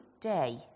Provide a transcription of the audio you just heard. day